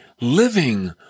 living